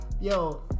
yo